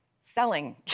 selling